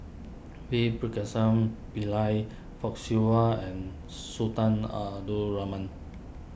V Pillai Fock Siew Wah and Sultan Abdul Rahman